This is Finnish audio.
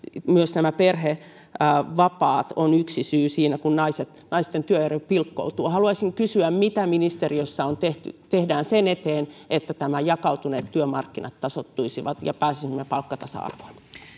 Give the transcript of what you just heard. myös perhevapaat ovat yksi syy siinä kun naisten työurat pilkkoutuvat haluaisin kysyä mitä ministeriössä tehdään sen eteen että nämä jakautuneet työmarkkinat tasoittuisivat ja pääsisimme palkkatasa arvoon